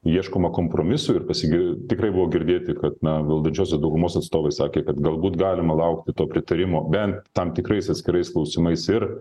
ieškoma kompromisų ir pasigi tikrai buvo girdėti kad na valdančiosios daugumos atstovai sakė kad galbūt galima laukti to pritarimo bent tam tikrais atskirais klausimais ir